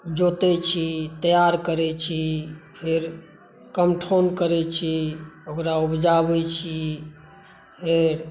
जोतै छी तैआर करै छी फेर कंठौन करै छी ओकरा उपजाबै छी फेर